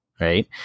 right